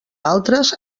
altres